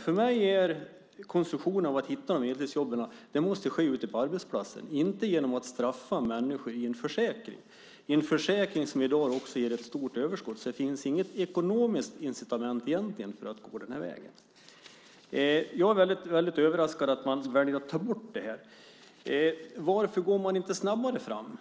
Enligt min mening måste konstruktionen för att hitta heltidsjobb ske ute på arbetsplatserna, inte genom att straffa människor i en försäkring - en försäkring som i dag också ger ett stort överskott. Det finns alltså inget ekonomiskt incitament egentligen för att gå den här vägen. Jag är väldigt överraskad över att man väljer att ta bort det här. Varför går man inte snabbare fram?